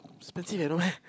expensive eh no meh